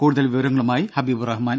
കൂടുതൽ വിവരങ്ങളുമായി ഹബീബ് റഹ്മാൻ